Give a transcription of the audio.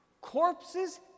Corpses